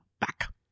back